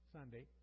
Sunday